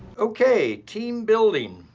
okay, team building.